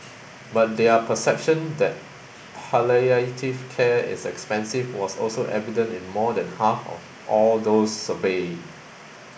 but their perception that palliative care is expensive was also evident in more than half of all those surveyed